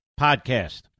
Podcast